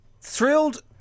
Thrilled